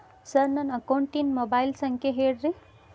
sir ನನ್ನ ಅಕೌಂಟಿನ mobile ಸಂಖ್ಯೆ ಹೇಳಿರಿ